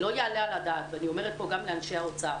לא יעלה על הדעת ואני אומרת גם למשרד האוצר